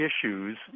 issues